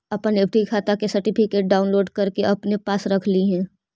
अपन एफ.डी खाता के सर्टिफिकेट डाउनलोड करके अपने पास रख लिहें